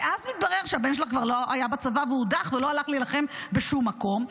שאז מתברר שהבן שלך כבר לא היה בצבא והודח ולא הלך להילחם בשום מקום.